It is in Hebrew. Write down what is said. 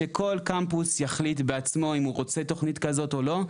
שכל קמפוס יחליט בעצמו אם הוא רוצה תוכנית כזאת או לא,